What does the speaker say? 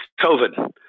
COVID